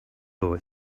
boy